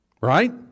right